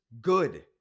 good